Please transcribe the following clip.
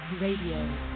Radio